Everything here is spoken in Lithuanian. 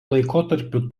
laikotarpiu